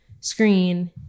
screen